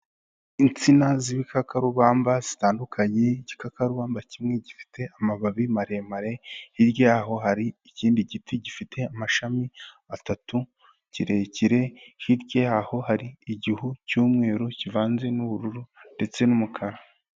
Insina z'ibikakarubamba zitandukanye, igikakabamba kimwe gifite amababi maremare, hirya y'aho hari ikindi giti gifite amashami atatu kirekire, hirya y'aho hari igihu cy'umweru kivanze n'ubururu, ndetse n'umukara.